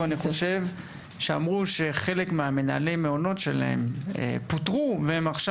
ואמרו שחלק ממנהלות המעונות שלהם פוטרו ועכשיו